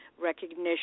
recognition